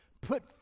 Put